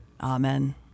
Amen